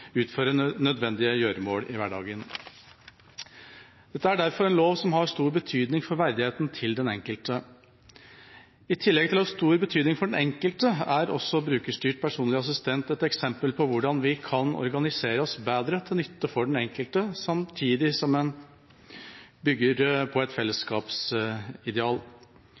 utføre nødvendige gjøremål i hverdagen. Dette er derfor en lov som har stor betydning for verdigheten til den enkelte. I tillegg til å ha stor betydning for den enkelte, er også brukerstyrt personlig assistent et eksempel på hvordan vi kan organisere oss bedre til nytte for den enkelte samtidig som en bygger på et fellesskapsideal.